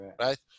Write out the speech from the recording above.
right